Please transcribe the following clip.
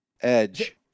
Edge